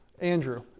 Andrew